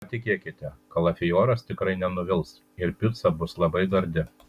patikėkite kalafioras tikrai nenuvils ir pica bus labai gardi